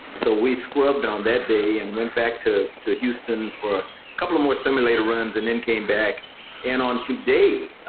so we scrubbed on that day and went back to to houston for a couple of more simulator runs and then came back and on today,